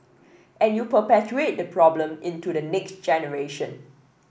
and you perpetuate the problem into the next generation